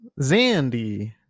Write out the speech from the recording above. zandy